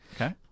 Okay